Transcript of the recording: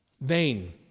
Vain